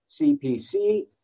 CPC